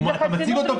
יש לזה חסינות רפואית.